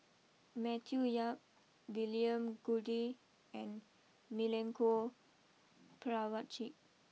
Matthew Yap William Goode and Milenko Prvacki